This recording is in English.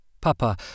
Papa